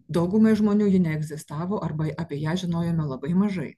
daugumai žmonių ji neegzistavo arba apie ją žinojome labai mažai